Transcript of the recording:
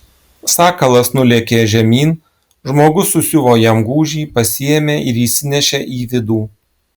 sakalas nulėkė žemyn žmogus susiuvo jam gūžį pasiėmė ir įsinešė į vidų